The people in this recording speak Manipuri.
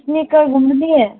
ꯏꯁꯅꯤꯀꯔꯒꯨꯝꯕꯗꯤ